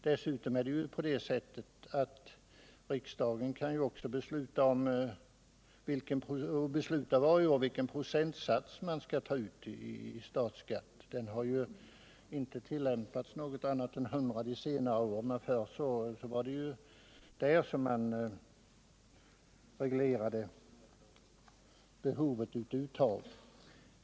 Dessutom beslutar riksdagen varje år vilken procentsats som skall tas ut i statsskatt. Under de senaste åren har den varit 100, men förr var det där som man reglerade uttaget.